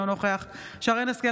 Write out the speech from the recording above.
אינו נוכח שרן מרים השכל,